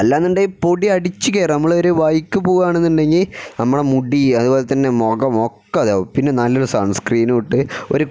അല്ല എന്നുണ്ടെങ്കിൽ പൊടി അടിച്ചു കേറി നമ്മൾ ഒരു വഴിക്ക് പോവുകയാണെന്നുണ്ടെങ്കിൽ നമ്മളെ മുടി അതുപോലെ തന്നെ മുഖമൊക്കെ ഇതാവും പിന്നെ നല്ല ഒരു സൺസ്ക്രീനുമിട്ട് ഒരു